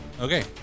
Okay